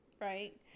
right